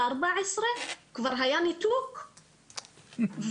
ב-14 כבר היה ניתוק וה-15,